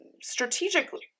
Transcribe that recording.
strategically